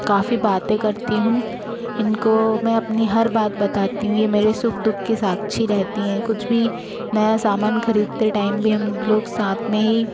काफ़ी बातें करती हूँ इनको मैं अपनी हर बात बताती हूँ ये मेरे सुख दुख के साक्षी रहती है कुछ भी नया सामान खरीदने टाइम भी हम लोग साथ में ही